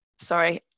Sorry